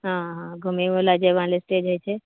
हँ हँ घूमैबला जयमाल स्टेज होइत छै